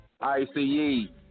I-C-E